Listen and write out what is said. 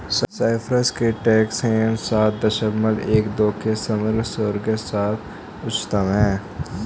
Cyprus के tax havens सात दशमलव एक दो के समग्र स्कोर के साथ उच्चतम हैं